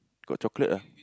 got chocolate ah